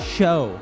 show